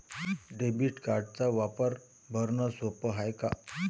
Debit कार्डचा वापर भरनं सोप हाय का?